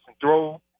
throw